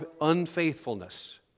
unfaithfulness